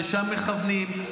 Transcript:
לשם מכוונים,